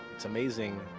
it's amazing